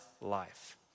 life